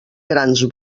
grans